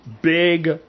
big